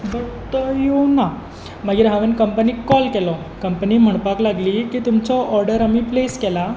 but तो येवंक ना मागीर हांवें कंपनीक कॉल केलो कंपनी म्हणपाक लागली की तुमचो ऑर्डर आमी प्लेस केला